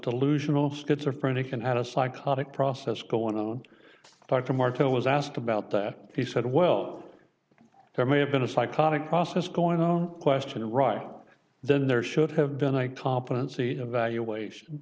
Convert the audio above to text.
delusional schizophrenia and had a psychotic process going on dr martineau was asked about that he said well there may have been a psychotic process going on question right then there should have been a competency evaluation